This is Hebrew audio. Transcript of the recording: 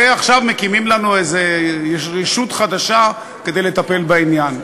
ועכשיו מקימים לנו איזה ישות חדשה כדי לטפל בעניין.